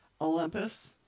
Olympus